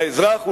לאזרח,